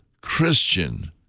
Christian